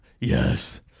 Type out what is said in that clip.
Yes